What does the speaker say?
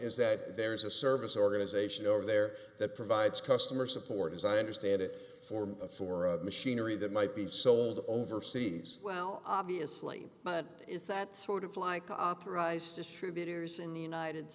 is that there's a service organization over there that provides customer support as i understand it form for a machinery that might be sold overseas well obviously but is that sort of like authorized distributors in the united